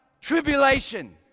tribulation